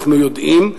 אנחנו יודעים,